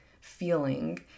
feeling